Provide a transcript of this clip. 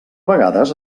vegades